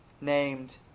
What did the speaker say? named